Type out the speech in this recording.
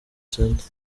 center